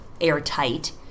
airtight